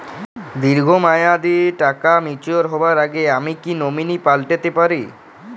দীর্ঘ মেয়াদি টাকা ম্যাচিউর হবার আগে আমি কি নমিনি পাল্টা তে পারি?